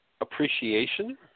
appreciation